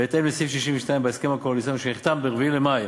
בהתאם לסעיף 62 בהסכם הקואליציוני, שנחתם ב-4 במאי